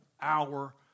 hour